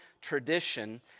tradition